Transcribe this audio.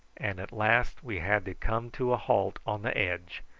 and at last we had to come to a halt on the edge,